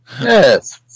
Yes